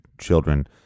children